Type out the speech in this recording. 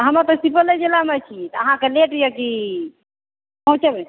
हमे तऽ सुपौले जिलामे छी तऽ अहाँकेँ लेट होइए कि पहुँचैमे